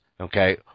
okay